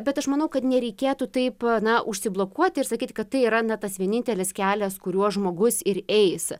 bet aš manau kad nereikėtų taip na užsiblokuoti ir sakyti kad tai yra na tas vienintelis kelias kuriuo žmogus ir eisi